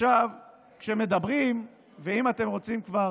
עכשיו, כשמדברים, ואם אתם רוצים כבר